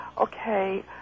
Okay